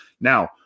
Now